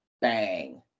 bang